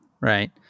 right